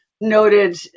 noted